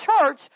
church